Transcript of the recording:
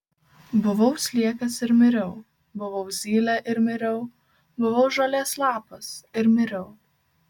buvau sliekas ir miriau buvau zylė ir miriau buvau žolės lapas ir miriau